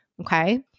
Okay